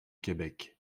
québec